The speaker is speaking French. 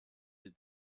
des